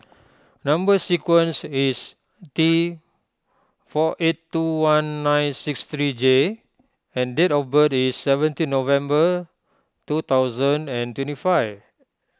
Number Sequence is T four eight two one nine six three J and date of birth is seventeen November two thousand and twenty five